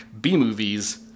B-movies